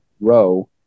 row